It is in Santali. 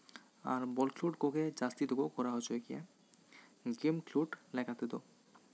ᱟᱨ ᱵᱚᱞ ᱠᱷᱮᱞᱳᱰ ᱠᱚᱜᱮ ᱡᱟᱹᱥᱛᱤ ᱫᱚᱠᱚ ᱠᱚᱨᱟᱣ ᱦᱚᱪᱚᱭ ᱜᱮᱭᱟ ᱜᱮᱢ ᱠᱷᱮᱞᱳᱰ ᱞᱮᱠᱟ ᱛᱮᱫᱚ